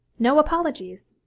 no apologies!